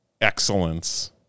excellence